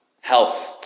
health